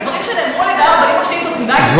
הדברים שנאמרו על-ידי הרבנים הראשים זו עמדה הלכתית?